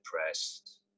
depressed